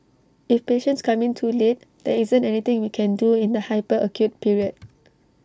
if patients come in too late there isn't anything we can do in the hyper acute period